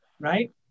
right